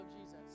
Jesus